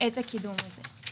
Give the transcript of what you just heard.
את הקידום הזה.